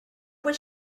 was